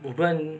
reu ben